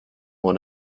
one